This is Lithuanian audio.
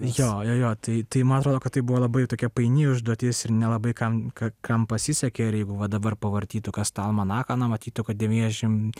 jo jo jo tai tai man rodo kad tai buvo labai tokia paini užduotis ir nelabai kam kam pasisekė ir jeigu va dabar pavartytų kas tą almanachą na matytų kad devyniasdešimt